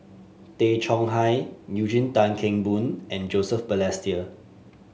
Tay Chong Hai Eugene Tan Kheng Boon and Joseph Balestier